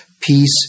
Peace